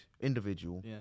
individual